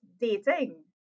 dating